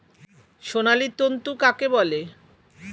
সোনালী তন্তু কাকে বলে?